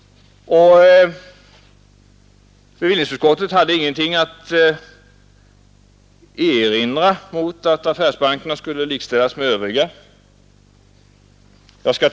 Bevillningsutskottet hade ingenting att erinra mot att affärsbankerna skulle likställas med övriga bankinstitut.